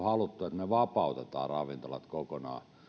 haluttu että me vapautamme ravintolat kokonaan minä